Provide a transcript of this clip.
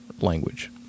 language